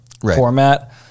format